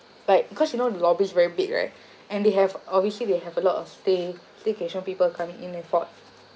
but because you know the lobbies very big right and they have obviously they have a lot of stay staycation people coming in and fourth